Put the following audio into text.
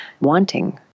wanting